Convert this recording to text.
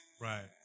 Right